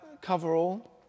cover-all